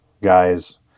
guys